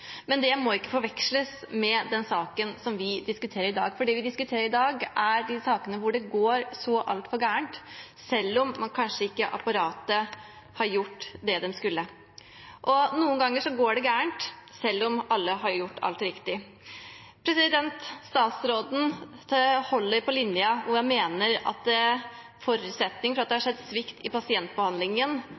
men det må ikke forveksles med den saken vi diskuterer i dag. Det vi diskuterer i dag, er de sakene hvor det går så altfor gærent selv om apparatet kanskje ikke har gjort det de skulle. Og noen ganger går det gærent selv om alle har gjort alt riktig. Statsråden holder på linjen med at det har store konsekvenser dersom forutsetningen at det må ha skjedd svikt i pasientbehandlingen,